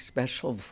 Special